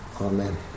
amen